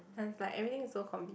and it's like everything is so conve~